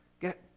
Get